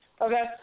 Okay